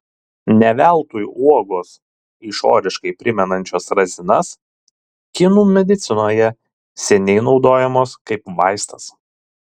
ne veltui uogos išoriškai primenančios razinas kinų medicinoje seniai naudojamos kaip vaistas